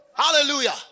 hallelujah